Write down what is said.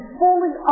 fully